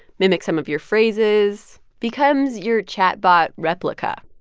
mimics some of your phrases, becomes your chatbot replica.